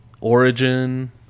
origin